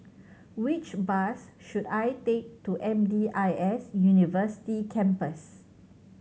which bus should I take to M D I S University Campus